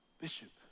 Bishop